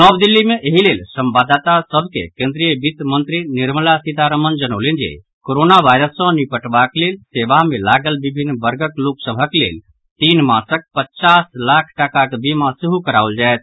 नव दिल्ली मे एहि लेल संवाददाता सभ के केन्द्रीय वित्त मंत्री निर्मला सीतारमण जनौलनि जे कोरोना वायरस सँ निपटबाक लेल सेवा मे लागल विभिन्न वर्गक लोक सभक लेल तीन मासक पचास लाख टाकाक बीमा सेहो कराओल जायत